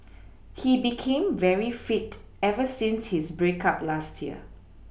he became very fit ever since his break up last year